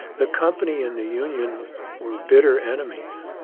the company and the union were bitter enemies.